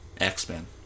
X-Men